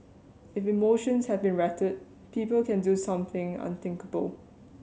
if emotions have been rattled people can do something unthinkable